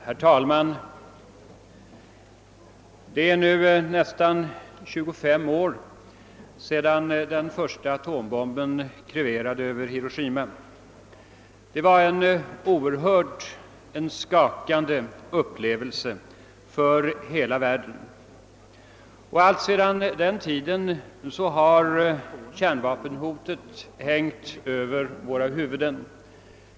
Herr talman! Det är nu nästan 25 år sedan den första atombomben kreverade över Hiroshima. Det var en oerhörd, en skakande upplevelse för hela världen, och allt sedan den tiden har kärnvapenhotet hängt över våra huvuden.